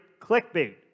clickbait